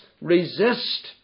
resist